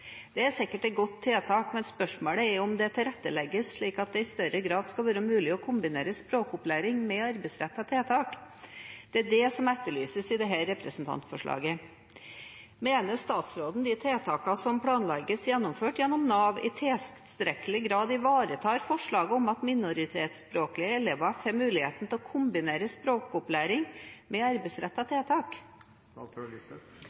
om det tilrettelegges slik at det i større grad skal være mulig å kombinere språkopplæring med arbeidsrettede tiltak. Det er det som etterlyses i dette representantforslaget. Mener statsråden at de tiltakene som planlegges gjennomført gjennom Nav, i tilstrekkelig grad ivaretar forslaget om at minoritetsspråklige elever får mulighet til å kombinere språkopplæring med